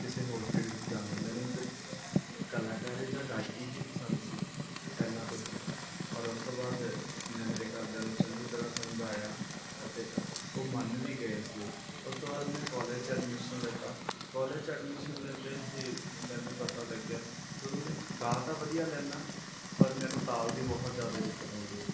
ਕਿਸੇ ਹੋਰ ਫੀਲਡ 'ਚ ਜਾਣਾ ਮੈਨੂੰ ਸਿਰਫ਼ ਕਲਾਕਾਰੀ ਜਾਂ ਗਾਇਕੀ ਹੀ ਪਸੰਦ ਸੀ ਪਹਿਲਾਂ ਤੋਂ ਹੀ ਔਰ ਉਸ ਤੋਂ ਬਾਅਦ ਮੈਂ ਮੇਰੇ ਘਰਦਿਆਂ ਨੂੰ ਚੰਗੀ ਤਰ੍ਹਾਂ ਸਮਝਾਇਆ ਅਤੇ ਉਹ ਮੰਨ ਵੀ ਗਏ ਉਸ ਵੇਲੇ ਉਸ ਤੋਂ ਬਾਅਦ ਮੈਂ ਕਾਲਜ 'ਚ ਐਡਮਿਸ਼ਨ ਲਿੱਤਾ ਕਾਲਜ 'ਚ ਐਡਮਿਸ਼ਨ ਲੈਂਦਿਆਂ ਹੀ ਮੈਨੂੰ ਪਤਾ ਲੱਗਿਆ ਜਦੋਂ ਮੈਂ ਗਾ ਤਾਂ ਵਧੀਆ ਲੈਂਦਾ ਪਰ ਮੈਨੂੰ ਤਾਲ ਦੀ ਬਹੁਤ ਜ਼ਿਆਦਾ ਦਿੱਕਤ ਆਉਂਦੀ ਹੈ